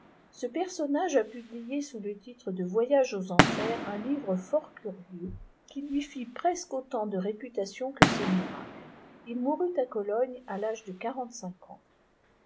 ce personnage a publié sous le titre de voyage aux enfers un livre fort curieux qui lui fit presque autant de réputation que ss miracles il mourut à cologne à l'âge de quarante-cinq ani